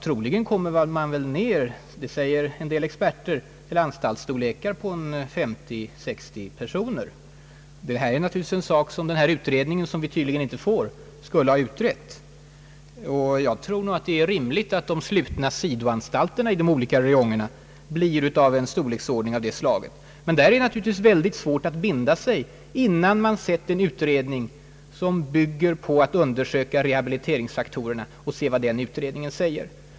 Troligen kommer man väl ner — det säger många experter — till en anstaltsstorlek på 50—560 personer. Detta är naturligtvis en sak som den utredning, som vi tydligen inte får, skulle ha utrett. Jag tror att det kanske är rimligt att de slutna sidoanstalterna i de olika räjongerna blir av en sådan storleksordning. Men det är naturligtvis svårt att binda sig innan man sett vad en utredning, som bygger på att undersöka rehabiliteringsfaktorerna, säger.